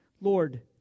Lord